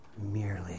Merely